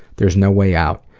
there's no way out.